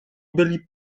byli